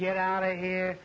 get out of here